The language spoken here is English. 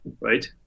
Right